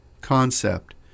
concept